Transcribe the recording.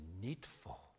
needful